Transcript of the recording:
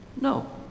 no